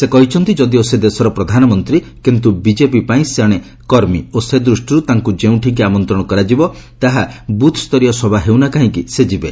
ସେ କହିଛନ୍ତି ଯଦିଓ ସେ ଦେଶର ପ୍ରଧାନମନ୍ତ୍ରୀ କିନ୍ତୁ ବିଜେପି ପାଇଁ ଜଣେ ସେ କର୍ମୀ ଓ ସେ ଦୃଷ୍ଟିରୁ ତାଙ୍କୁ ଯେଉଁଠିକି ଆମନ୍ତ୍ରଣ କରାଯିବ ତାହା ବୁଥ୍ ସରୀୟ ସଭା ହେଉନା କାହିଁକି ସେଠାକୁ ସେ ଯିବେ